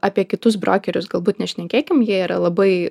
apie kitus brokerius galbūt nešnekėkim jie yra labai